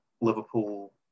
Liverpool